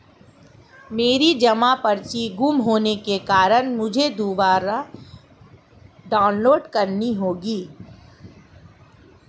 मेरी जमा पर्ची गुम होने के कारण मुझे वह दुबारा डाउनलोड करनी होगी